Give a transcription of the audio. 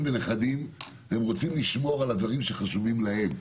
ונכדים והם רוצים לשמור על הדברים שחשובים להם.